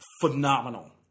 phenomenal